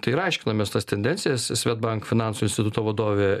tai ir aiškinamės tas tendencijas swedbank finansų instituto vadovė